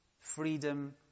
freedom